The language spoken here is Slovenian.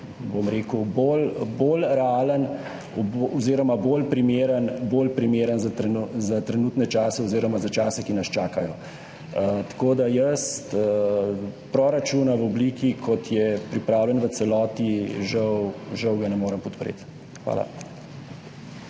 proračun bolj realen oziroma bolj primeren za trenutne čase oziroma za čase, ki nas čakajo. Proračuna v obliki, kot je pripravljen v celoti, žal ne morem podpreti. Hvala.